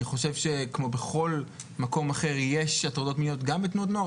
כמו בכל מקום אחר יש הטרדות מיניות גם בתנועות נוער.